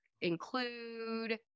include